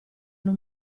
non